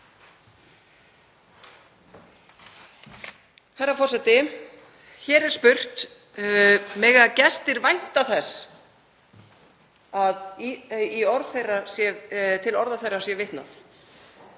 Herra forseti. Hér er spurt: Mega gestir vænta þess að til orða þeirra sé vitnað?